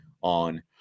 on